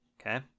Okay